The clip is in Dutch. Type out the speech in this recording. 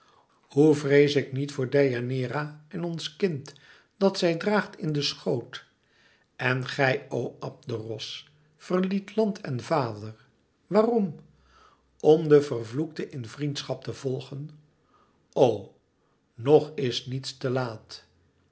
hoe vrees ik niet voor deianeira en ons kind dat zij draagt in den schoot en gij o abderos verliet land en vader waarom om den vervloekte in vriendschap te volgen o ng is niets te laat